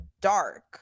dark